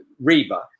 Reba